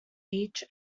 beach